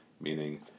Meaning